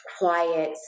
quiet